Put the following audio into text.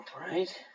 Right